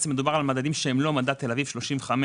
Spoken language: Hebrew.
מדובר על מדדים שהם לא מדד תל אביב 35,